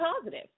positive